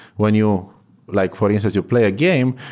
when you like for instance, you play a game.